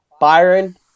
Byron